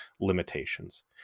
limitations